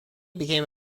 became